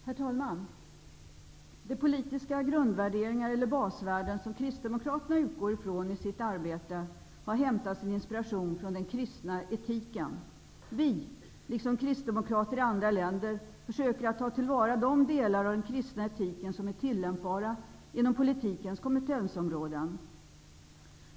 Herr talman! De politiska grundvärderingar eller basvärden som Kristdemokraterna utgår från i sitt arbete har det hämtats inspiration till från den kristna etiken. Vi, liksom kristdemokrater i andra länder, försöker att ta till vara de delar av den kristna etiken som är tillämpbara inom politikens kompetensområden.